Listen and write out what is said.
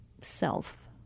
self